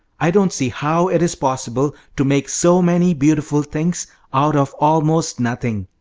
i don't see how it is possible to make so many beautiful things out of almost nothing.